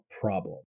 problem